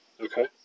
Okay